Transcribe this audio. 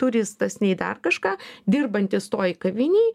turistas nei dar kažką dirbants toj kavinėj